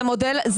זה מודל אחר.